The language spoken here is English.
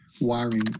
wiring